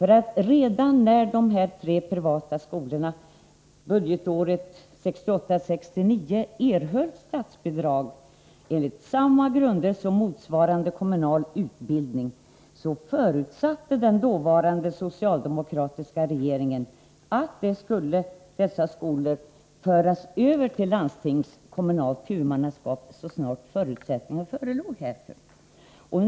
Redan när de tre privata skolorna budgetåret 1968/69 erhöll statsbidrag enligt samma grunder som motsvarande kommunal utbildning förutsatte den dåvarande socialdemokratiska regeringen att dessa skolor skulle föras över till landstingskommunalt huvudmannaskap så snart förutsättningar här förelåg.